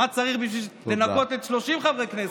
מה צריך בשביל לנקות את 30 חברי הכנסת?